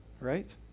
Right